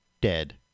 dead